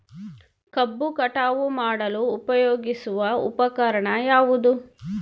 ಕಬ್ಬು ಕಟಾವು ಮಾಡಲು ಉಪಯೋಗಿಸುವ ಉಪಕರಣ ಯಾವುದು?